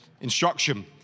instruction